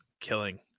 killing